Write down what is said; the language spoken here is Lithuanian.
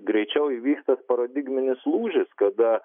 greičiau įvyks tas paradigminis lūžis kada